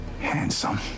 handsome